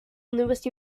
louis